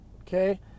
Okay